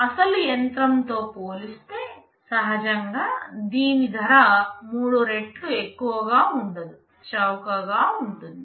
అసలు యంత్రంతో పోలిస్తే సహజంగా దీని ధర మూడు రెట్లు ఎక్కువగా ఉండదు చౌకగా ఉంటుంది